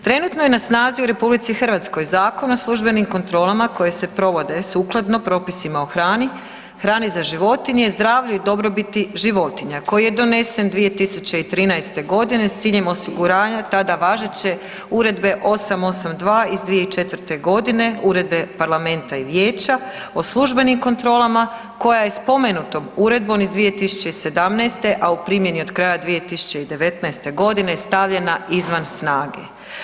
Trenutno je na snazi u RH zakon o službenim kontrolama koji se provode sukladno propisima o hrani, hrani za životinje, o zdravlju i dobrobiti životinja koji je donesen 2013. g. s ciljem osiguranja tada važeće Uredbe 882 iz 2004. g. uredbe parlamenta i vijeća o službenim kontrolama koja je spomenutom uredbom iz 2017. a u primjeni od kraja 2019. g. stavljena izvan snage.